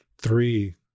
three